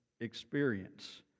experience